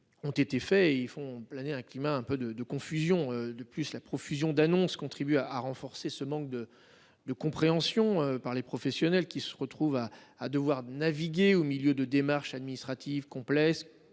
Ont été faits, ils font planer un climat un peu de de confusion. De plus, la profusion d'annonces contribue à renforcer ce manque de de compréhension par les professionnels qui se retrouvent à à devoir naviguer au milieu de démarches administratives complexes